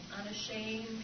Unashamed